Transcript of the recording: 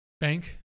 bank